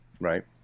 Right